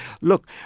Look